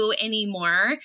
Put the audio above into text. anymore